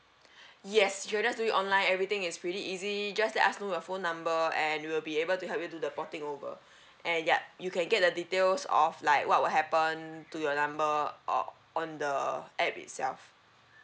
yes you can just do it online everything is pretty easy just let us know your phone number and we'll be able to help you do the porting over and yup you can get the details of like what will happen to your number or on the app itself